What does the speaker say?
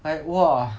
like !whoa!